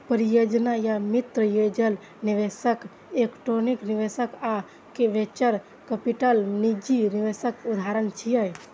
परिजन या मित्र, एंजेल निवेशक, इक्विटी निवेशक आ वेंचर कैपिटल निजी निवेशक उदाहरण छियै